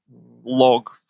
log